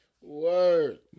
Word